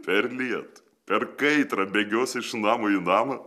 per lietų per kaitrą bėgiosi iš namo į namą